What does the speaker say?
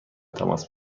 تماس